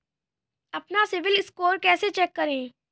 अपना CIBIL score कैसे check करें?